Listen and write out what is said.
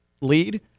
lead